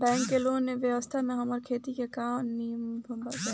bank के loan के व्यवस्था से हमार खेती के काम नीभ जाई